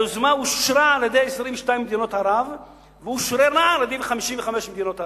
היוזמה אושרה על-ידי 22 מדינות ערב ואושררה על-ידי 55 מדינות ערב.